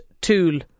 tool